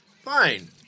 Fine